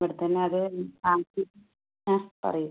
ഇവിടത്തന്നെ അത് ആട്ടി ആ പറയൂ